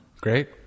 Great